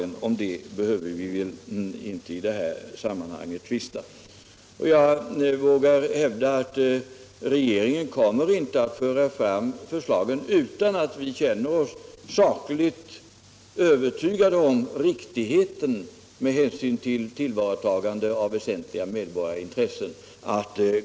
Om det behöver vi väl i detta sammanhang inte tvista. Jag vågar hävda att regeringen inte kommer att föra fram förslagen utan att känna sig övertygad om deras riktighet med hänsyn till väsentliga medborgerliga intressen.